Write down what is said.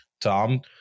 Tom